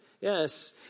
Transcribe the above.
Yes